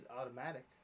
automatic